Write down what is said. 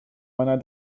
meiner